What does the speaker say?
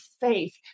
faith